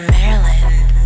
Maryland